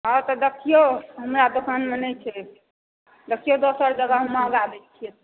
हँ त देखियौ हमरा दोकानमे नहि छै देखियौ दोसर जगह हम महँगा दै छियै तऽ